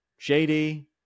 JD